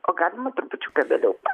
o galima trupučiuką vėliau